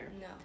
no